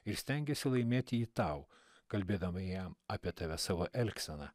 ir stengėsi laimėti jį tau kalbėdama jam apie tave savo elgseną